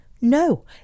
No